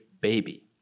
baby